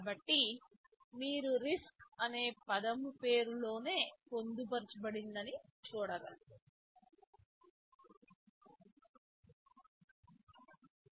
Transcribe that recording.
కాబట్టి మీరు RISC అనే పదం పేరు లోనే పొందుపరచబడిందని చూడ గలరు